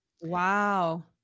Wow